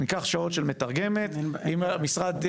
חד משמעית, אין שום בעיה.